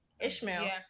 Ishmael